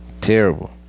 Terrible